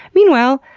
meanwhile,